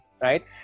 Right